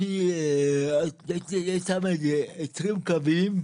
--- שם איזה 20 קווים,